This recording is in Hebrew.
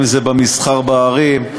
אם במסחר בערים,